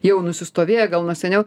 jau nusistovėję gal nuo seniau